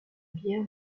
bière